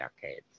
decades